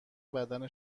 بدن